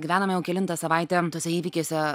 gyvename jau kelintą savaitę tuose įvykiuose